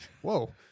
whoa